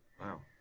Wow